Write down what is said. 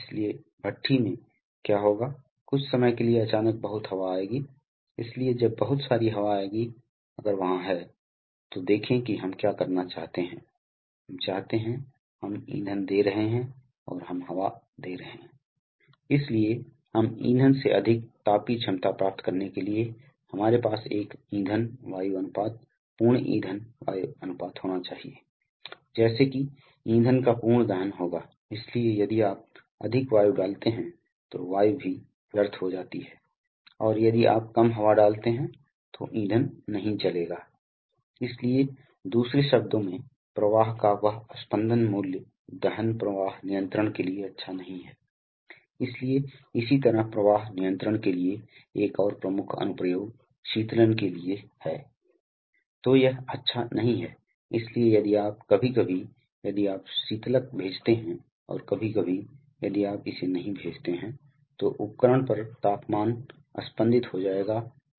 तो सकारात्मक विस्थापन रैखिक गति को शामिल कर सकता है या सर्कुलर गति को शामिल कर सकता है इसलिए आपके पास या तो घूमने वाले पिस्टन प्रकार हो सकते हैं या आपके पास घूर्णन शिरा या रोटरी प्ररित करनेवाला हो सकता है इसलिए या तो आपके पास घूर्णी डिज़ाइन हैं या आपके पास ट्रांसलेशनल संबंधी डिज़ाइन हैं लेकिन प्रत्येक मामले में रोटेशन के एक चक्र या एक चक्र के टू एंड फ्रो गति हवा की एक निश्चित मात्रा ले जाएगा और इसे धक्का देगा कम दबाव इनलेट पोर्ट पर ले जाएं और इसे आउटलेट पोर्ट में धकेल दें ताकि पारस्परिक पिस्टन प्रकार में आपके पास एक पिस्टन है आपके पास सिलेंडर है और आपके पास कुछ वाल्व हैं ठीक है और दो स्ट्रोक हैं इसलिए एक स्ट्रोक को सक्शन कहा जाता है और दूसरे स्ट्रोक को कम्प्रेशन कहा जाता है इसलिए सक्शन स्ट्रोक में आप हवा अंदर निम्न दाब पक्ष से ले रहे हैं जो आमतौर पर वायुमंडलीय होता है